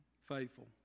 faithful